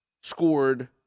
scored